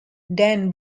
then